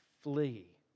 flee